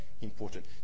important